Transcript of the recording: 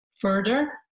further